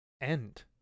end